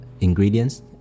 ingredients